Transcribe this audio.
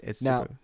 Now